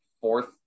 fourth